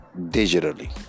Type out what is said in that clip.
digitally